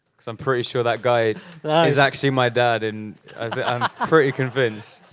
so i'm pretty sure that guy is actually my dad. and i'm pretty convinced.